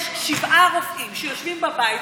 יש שבעה רופאים שיושבים בבית,